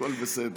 הכול בסדר.